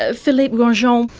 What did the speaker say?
ah phillipe grandjean, um